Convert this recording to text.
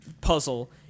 puzzle